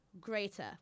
greater